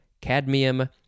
cadmium